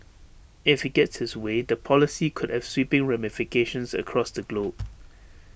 if he gets his way the policy could have sweeping ramifications across the globe